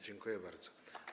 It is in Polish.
Dziękuję bardzo.